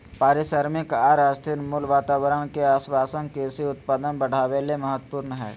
पारिश्रमिक आर स्थिर मूल्य वातावरण के आश्वाशन कृषि उत्पादन बढ़ावे ले महत्वपूर्ण हई